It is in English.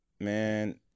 man